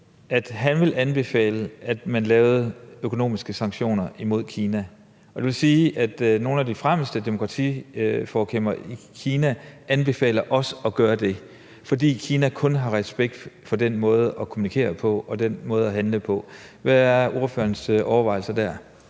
at han ville anbefale, at man lavede økonomiske sanktioner imod Kina. Det vil sige, at nogle af de fremmeste demokratiforkæmpere i Kina også anbefaler at gøre det, fordi Kina kun har respekt for den måde at kommunikere på og den måde at handle på. Hvad er ordførerens overvejelser der?